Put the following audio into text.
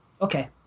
Okay